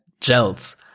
gels